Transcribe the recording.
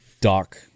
Doc